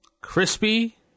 Crispy